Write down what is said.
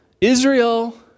Israel